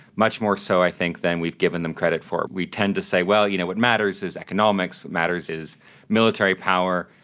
much more so i think than we've given them credit for. we tend to say, well, you know what matters is economics, what matters is military power,